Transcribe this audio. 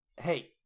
Hey